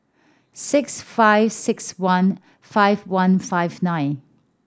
six five six one five one five nine